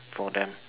for them